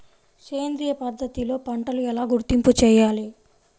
సేంద్రియ పద్ధతిలో పంటలు ఎలా గుర్తింపు చేయాలి?